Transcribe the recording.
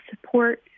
support